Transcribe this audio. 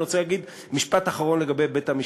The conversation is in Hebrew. אני רוצה להגיד משפט אחרון לגבי בית-המשפט.